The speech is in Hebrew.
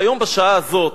והיום בשעה הזאת,